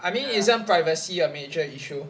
I mean isn't privacy a major issue